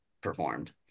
performed